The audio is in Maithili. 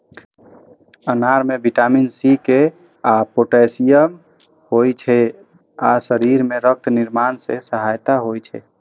अनार मे विटामिन सी, के आ पोटेशियम होइ छै आ शरीर मे रक्त निर्माण मे सहायक होइ छै